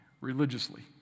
religiously